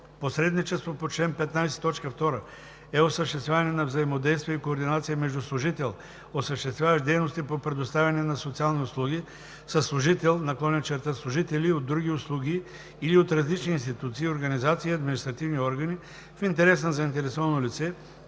„Посредничество“ по чл. 15, т. 2 е осъществяване на взаимодействие и координация между служител, осъществяващ дейности по предоставяне на социални услуги, със служител/служители от други услуги или от различни институции, организации и административни органи в интерес на заинтересовано лице,